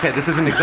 yeah this isn't